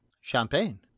Champagne